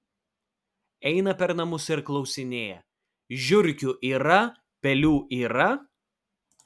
eina per namus ir klausinėja žiurkių yra pelių yra